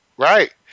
Right